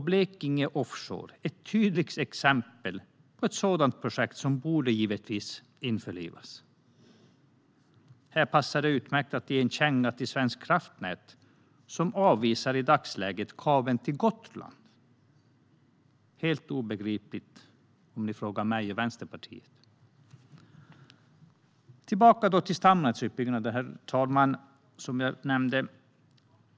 Blekinge Offshore är ett tydligt exempel på ett sådant projekt som givetvis borde införlivas. Här passar det utmärkt att ge en känga till Svenska kraftnät som i dagsläget avvisar kabeln till Gotland. Det är helt obegripligt enligt mig och Vänsterpartiet. Tillbaka då till stamnätsutbyggnader, herr talman, som jag nämnde att jag skulle återkomma till.